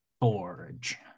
Forge